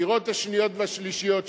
הדירות השניות והשלישיות,